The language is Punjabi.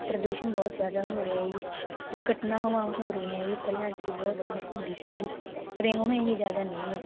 ਪ੍ਰਦੂਸ਼ਣ ਬਹੁਤ ਜਿਆਦਾ ਹੋ ਰਿਹਾ ਜੀ ਦੁਰਘਟਨਾਵਾਂ ਹੋ ਰਹੀ ਹ ਪਹਿਲਾਂ ਇਥੇ ਬਹੁਤ ਰੌਣਕ ਹੁੰਦੀ ਸੀਗੀ ਪਰ ਹੁਣ ਇਨੀ ਜਿਆਦਾ ਨਹੀਂ ਐ